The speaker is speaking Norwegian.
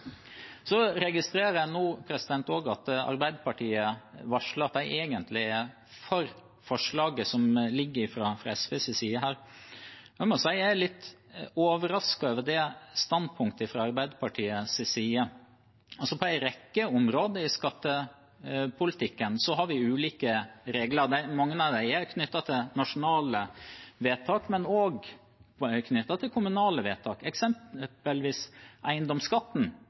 registrerer jeg også at Arbeiderpartiet varsler at de egentlig er for forslaget som foreligger fra SVs side her. Jeg må si jeg er litt overrasket over det standpunktet fra Arbeiderpartiets side. På en rekke områder i skattepolitikken har vi ulike regler, mange av dem er knyttet til nasjonale vedtak, men også knyttet til kommunale vedtak, eksempelvis eiendomsskatten.